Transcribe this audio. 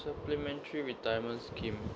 supplementary retirement scheme